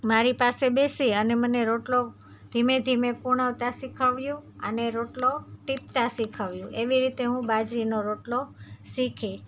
મારી પાસે બેસી અને મને રોટલો ધીમે ધીમે પૂણવતા શીખવ્યો અને રોટલો ટીપતા શીખવ્યો એવી રીતે હું બાજરીનો રોટલો શીખી